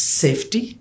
safety